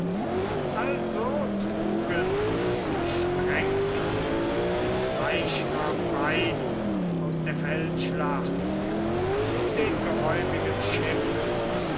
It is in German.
also trugen gestrengt den leichnam beid aus der feldschlacht zu den geräumigen schiffen